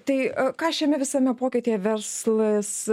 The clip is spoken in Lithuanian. tai ką šiame visame pokytyje verslas